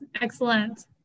excellent